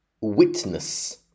Witness